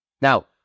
Now